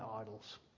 idols